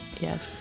Yes